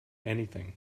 anything